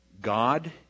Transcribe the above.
God